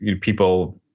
people